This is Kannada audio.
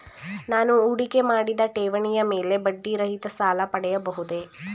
ನಾನು ಹೂಡಿಕೆ ಮಾಡಿದ ಠೇವಣಿಯ ಮೇಲೆ ಬಡ್ಡಿ ರಹಿತ ಸಾಲ ಪಡೆಯಬಹುದೇ?